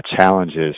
challenges